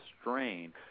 strain –